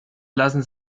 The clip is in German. lassen